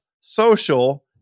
social